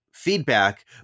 feedback